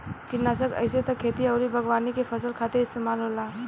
किटनासक आइसे त खेती अउरी बागवानी के फसल खातिर इस्तेमाल होला